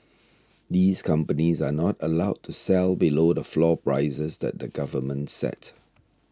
these companies are not allowed to sell below the floor prices that the government set